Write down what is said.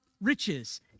riches